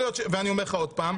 ואני אומר לך עוד פעם,